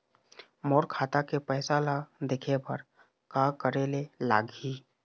मोर खाता के पैसा ला देखे बर का करे ले लागही?